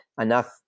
enough